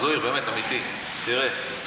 זוהיר, באמת, אמיתי, תראה,